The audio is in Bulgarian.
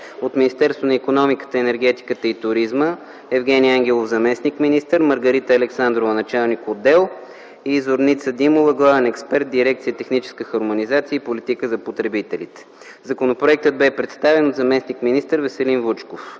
от Министерството на икономиката, енергетиката и туризма: Евгени Ангелов - заместник-министър, Маргарита Александрова – началник отдел, и Зорница Димова – главен експерт в Дирекция „Техническа хармонизация и политика за потребителите”. Законопроектът бе представен от заместник-министър Веселин Вучков.